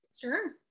Sure